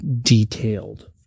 detailed